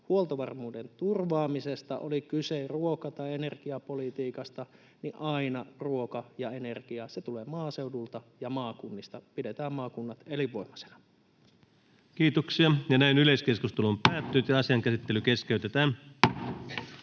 huoltovarmuuden turvaamisesta — oli kyse ruoka- tai energiapolitiikasta — niin aina ruoka ja energia tulevat maaseudulta ja maakunnista. Pidetään maakunnat elinvoimaisina. Toiseen käsittelyyn ja ainoaan käsittelyyn esitellään